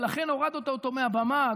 ולכן הורדת אותו מהבמה,